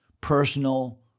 personal